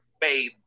made